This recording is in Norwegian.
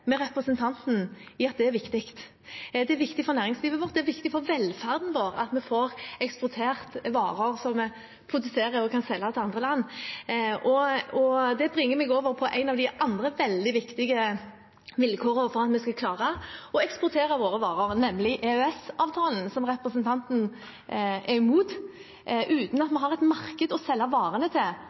med representanten i at det er viktig. Det er viktig for næringslivet vårt, og det er viktig for velferden vår at vi får eksportert varer som vi produserer, at vi kan selge dem til andre land. Det bringer meg over på en av de andre veldig viktige vilkårene for at vi skal klare å eksportere våre varer, nemlig EØS-avtalen, som representanten er imot. Uten at vi har et marked å selge varene til,